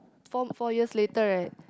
four four years later right